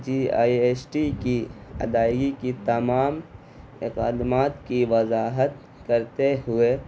G I S T کی ادائیگی کی تمام اقدامات کی وضاحت کرتے ہوئے